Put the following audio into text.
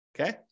Okay